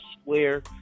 square